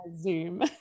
Zoom